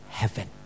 heaven